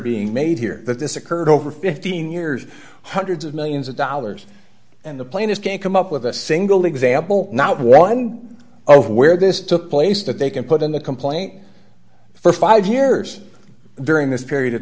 being made here that this occurred over fifteen years hundreds of millions of dollars and the plainest can't come up with a single example not one over where this took place that they can put in the complaint for five years during this period of